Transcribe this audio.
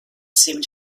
seemed